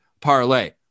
parlay